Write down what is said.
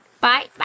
Bye